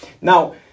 Now